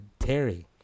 Terry